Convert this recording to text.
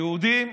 אצל היהודים